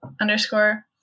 underscore